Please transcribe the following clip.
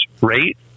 rate